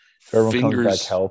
Fingers